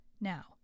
Now